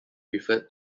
referred